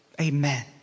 Amen